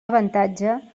avantatge